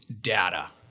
data